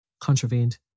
contravened